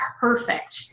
perfect